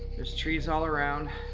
there's trees all around.